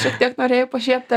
šiek tiek norėjai pašiepti